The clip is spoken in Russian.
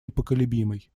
непоколебимой